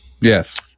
yes